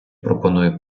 пропоную